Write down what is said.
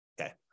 Okay